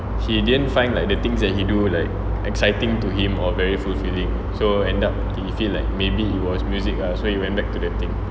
he didn't find like the things that he do like exciting to him or very fulfilling so end up he feel like maybe he was music lah so he went back to the thing